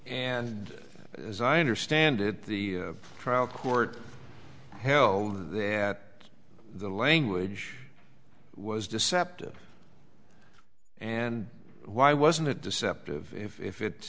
and as i understand it the trial court held that the language was deceptive and why wasn't it deceptive if i